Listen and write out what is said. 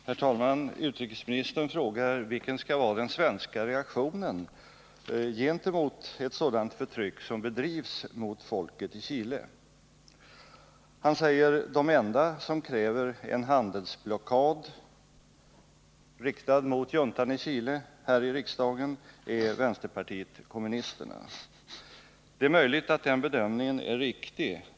Herr talman! Utrikesministern frågar: Vilken skall den svenska reaktionen vara gentemot det förtryck som utövas mot folket i Chile? Och han säger att de enda här i riksdagen som kräver en handelsblockad, riktad mot juntan i Chile, är företrädarna för vänsterpartiet kommunisterna. Det är möjligt att den bedömningen är riktig.